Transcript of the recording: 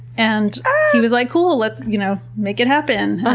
and he was like, cool, let's you know make it happen.